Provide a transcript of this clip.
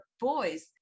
boys